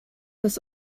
das